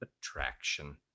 attraction